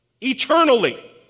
eternally